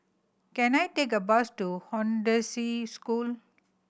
can I take a bus to Hollandse School